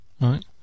Right